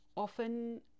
Often